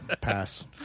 pass